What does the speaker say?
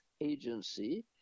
Agency